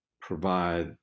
provide